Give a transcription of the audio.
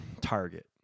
Target